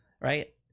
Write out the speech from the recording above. right